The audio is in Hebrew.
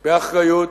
באחריות,